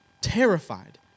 terrified